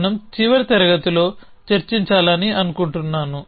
మనం చివరి తరగతిలో చర్చించాలని అనుకుంటున్నాను